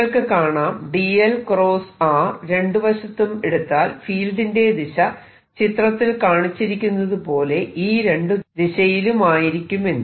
നിങ്ങൾക്ക് കാണാം dl r രണ്ടുവശത്തും എടുത്താൽ ഫീൽഡിന്റെ ദിശ ചിത്രത്തിൽ കാണിച്ചിരിക്കുന്നത് പോലെ ഈ രണ്ടു ദിശയിലുമായിരിക്കുമെന്ന്